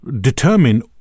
determine